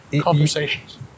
Conversations